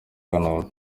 kanombe